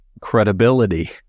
credibility